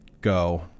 go